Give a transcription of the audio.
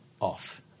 off